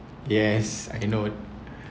yes I know it